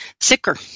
sicker